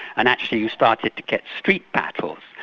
and actually you started to get street battles,